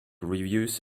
reviews